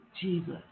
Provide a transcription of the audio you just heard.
Jesus